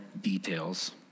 details